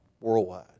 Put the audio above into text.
worldwide